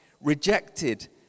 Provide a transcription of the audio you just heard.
rejected